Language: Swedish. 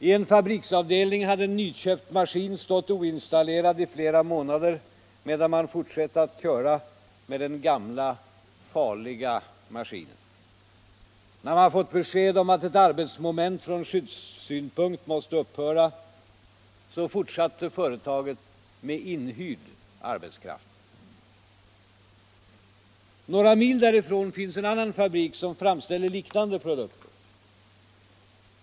I en fabriksavdelning hade en nyköpt maskin stått oinstallerad i flera månader, medan man fortsatte att köra med den gamla, farliga maskinen. När man fått besked om att ett arbetsmoment från skyddssynpunkt måste upphöra fortsatte företaget med inhyrd arbetskraft. Några mil därifrån finns en annan fabrik som framställer liknande produkter.